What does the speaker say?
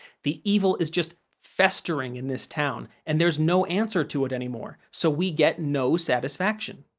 the evil is just festering in this town, and there's no answer to it anymore, so we get no satisfaction.